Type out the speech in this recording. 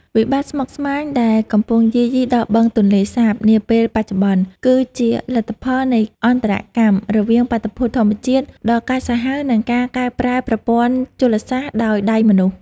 វិបត្តិស្មុគស្មាញដែលកំពុងយាយីដល់បឹងទន្លេសាបនាពេលបច្ចុប្បន្ន គឺជាលទ្ធផលនៃអន្តរកម្មរវាងបាតុភូតធម្មជាតិដ៏កាចសាហាវ និងការកែប្រែប្រព័ន្ធជលសាស្ត្រដោយដៃមនុស្ស។